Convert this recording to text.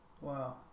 Wow